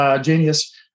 genius